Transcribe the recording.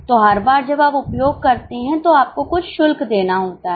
तो हर बार जब आप उपयोग करते हैं तो आपको कुछ शुल्क देना होता है